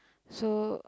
so